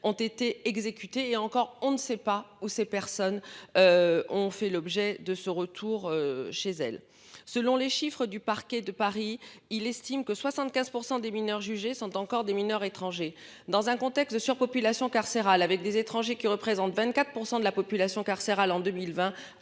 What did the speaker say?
ont été exécutés et encore on ne sait pas où ces personnes. Ont fait l'objet de ce retour chez elle, selon les chiffres du parquet de Paris, il estime que 75% des mineurs jugés sont encore des mineurs étrangers. Dans un contexte de surpopulation carcérale avec des étrangers qui représentent 24% de la population carcérale en 2020